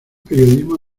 periodismo